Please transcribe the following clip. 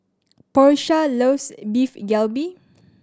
Porsha loves Beef Galbi